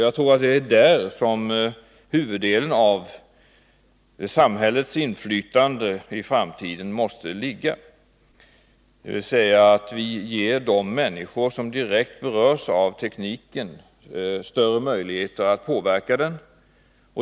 Jag tror att det är där som huvuddelen av samhällets inflytande i framtiden måste ligga, dvs. att vi ger de människor som direkt berörs av tekniken större möjligheter att påverka den.